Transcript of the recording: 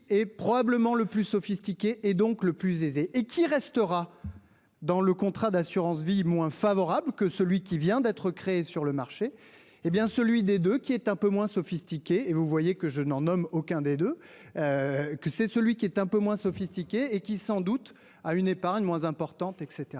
qui est probablement le plus sophistiqué et donc le plus aisée et qui restera. Dans le contrat d'assurance vie moins favorable que celui qui vient d'être créée sur le marché. Hé bien, celui des 2 qui est un peu moins sophistiqués et vous voyez que je n'en homme, aucun des deux. Que c'est celui qui est un peu moins sophistiqués et qui sans doute à une épargne moins importante et